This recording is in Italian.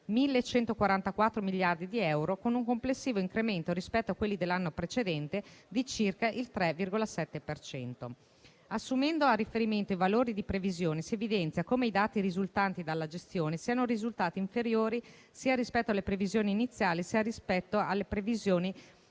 1.144 miliardi di euro, con un complessivo incremento rispetto a quelli dell'anno precedente di circa il 3,7 per cento. Assumendo a riferimento i valori di previsione, si evidenzia come i dati risultanti dalla gestione siano risultati inferiori sia rispetto alle previsioni iniziali, sia rispetto alle previsioni